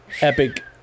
epic